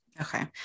okay